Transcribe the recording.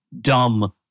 dumb